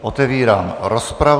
Otevírám rozpravu.